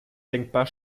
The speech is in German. denkbar